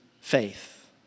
Faith